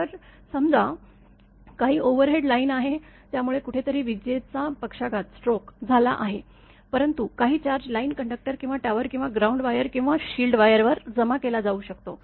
तर समजा काही ओव्हरहेड लाईन आहे त्यामुळे कुठेतरी विजेचा पक्षाघातस्ट्रोक झाला आहे परंतु काही चार्ज लाईन कंडक्टर किंवा टॉवर किंवा ग्राउंड वायर किंवा शील्ड वायरवर जमा केला जाऊ शकतो